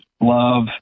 love